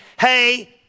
hey